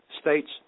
states